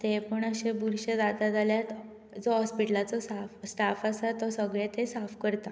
थंय पण अशें बुरशें जाता जाल्यार जो हॉस्पिटलाचो साफ स्टाफ आसा तो सगळें थंय साफ करता